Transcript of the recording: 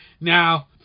Now